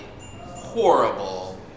horrible